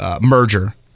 merger